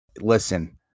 listen